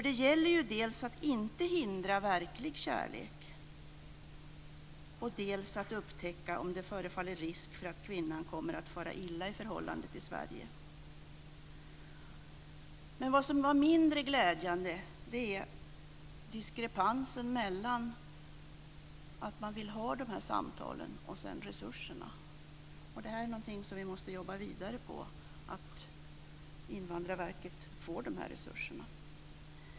Det gäller ju dels att inte hindra verklig kärlek, dels att upptäcka om det finns risk för att kvinnan kommer att fara illa i förhållandet i Sverige. Det som är mindre glädjande är diskrepansen mellan att man vill ha de här samtalen och resurserna. Vi måste jobba vidare med detta, så att Invandrarverket får dessa resurser.